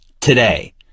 today